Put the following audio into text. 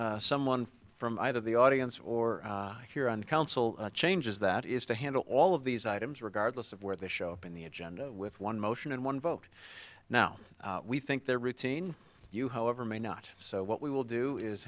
someone from either the audience or here on council changes that is to handle all of these items regardless of where the show up in the agenda with one motion and one vote now we think their routine you however may not so what we will do is